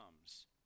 comes